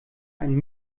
einen